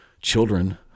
children